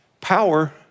Power